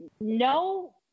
no